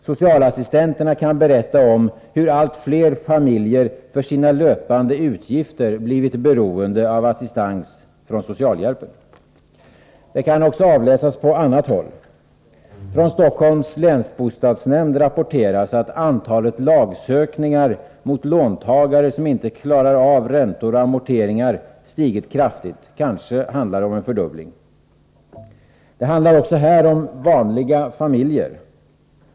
Socialassistenterna kan berätta om hur allt fler familjer för sina löpande utgifter blivit beroende av assistans från socialhjälpen. Det kan avläsas också på annat håll. Från Stockholms länsbostadsnämnd rapporteras att antalet lagsökningar mot låntagare som inte klarar av räntor och amorteringar stigit kraftigt — kanske handlar det om en fördubbling. Det handlar också här om vanliga familjer.